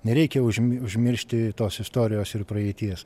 nereikia užmi užmiršti tos istorijos ir praeities